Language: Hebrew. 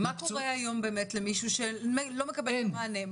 מה קורה היום באמת למישהו שלא מקבל מענה?